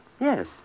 Yes